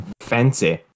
Fancy